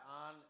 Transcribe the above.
on